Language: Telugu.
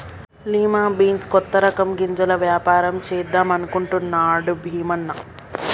లిమా బీన్స్ కొత్త రకం గింజల వ్యాపారం చేద్దాం అనుకుంటున్నాడు భీమన్న